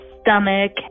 stomach